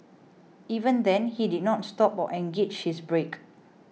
even then he did not stop or engaged his brake